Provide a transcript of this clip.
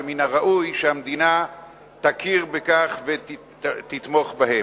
ומן הראוי שהמדינה תכיר בכך ותתמוך בהם.